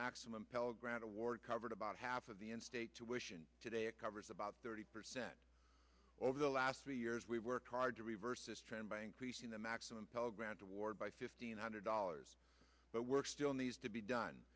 maximum pell grant award covered about half of the in state tuition today it covers about thirty percent over the last three years we worked hard to reverse this trend by increasing the maximum pell grant award by fifteen hundred dollars but work still needs to be done